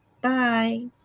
Bye